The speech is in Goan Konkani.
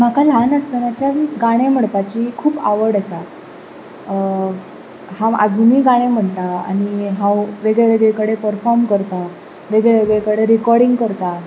म्हाका ल्हान आसतनाच्यान गाणें म्हणपाची खूब आवड आसा हांव आजूनय गाणें म्हणटा आनी हांव वेगळे वेगळे कडेन पर्फोर्म करता वेगळे वेगळे कडेन रिकोर्डिंग करता